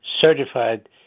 certified